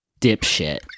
dipshit